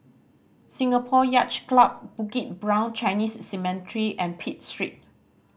Singapore Yacht Club Bukit Brown Chinese Cemetery and Pitt Street